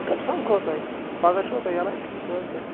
کتہِ سَمکھو تۅہہِ پگاہ چھِوٕ تُہۍ یلے کِنہٕ کٲلۍکیٚتھ